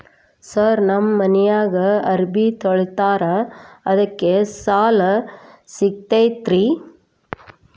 Sir ನಮ್ಮ ಮನ್ಯಾಗ ಅರಬಿ ತೊಳಿತಾರ ಅದಕ್ಕೆ ಸಾಲ ಸಿಗತೈತ ರಿ?